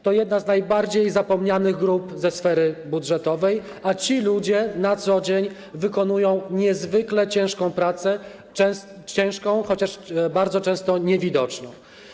To jest jedna z najbardziej zapomnianych grup w sferze budżetowej, a ci ludzie na co dzień wykonują niezwykle ciężką pracę, chociaż bardzo często niewidoczną.